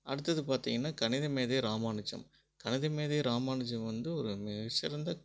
அடுத்தது பார்த்தீங்கன்னா கணிதமேதை ராமானுஜம் கணிதமேதை ராமானுஜம் வந்து ஒரு மிகச்சிறந்த